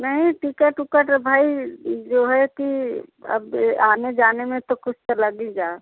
नहीं टिकट उकट भाई जो है कि अब आने जाने में तो कुछ तो लगी जा